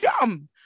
dumb